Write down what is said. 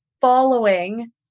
following